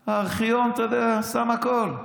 הארכיון, אתה יודע, הכול שם.